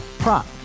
prop